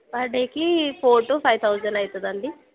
per డేకి four to five thousand అవుతుంది అండి